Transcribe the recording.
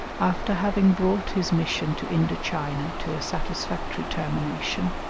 after having brought his mission to indo-china to a satisfactory termination.